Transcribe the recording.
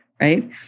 right